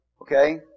Okay